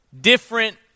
different